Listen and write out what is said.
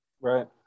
Right